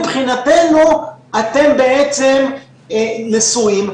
מבחינתנו אתם בעצם נשואים,